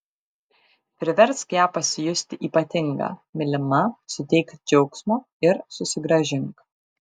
priversk ją pasijusti ypatinga mylima suteik džiaugsmo ir susigrąžink